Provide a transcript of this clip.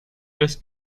des